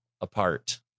apart